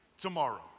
Tomorrow